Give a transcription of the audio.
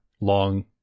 long